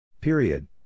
Period